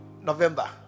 November